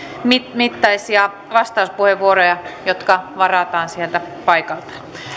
mittaisia vastauspuheenvuoroja jotka varataan sieltä paikalta